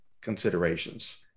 considerations